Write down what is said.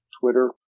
Twitter